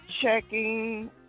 checking